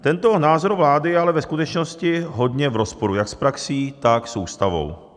Tento názor vlády je ale ve skutečnosti hodně v rozporu jak s praxí, tak s Ústavou.